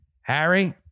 Harry